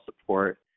support